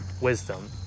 wisdom